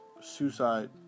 suicide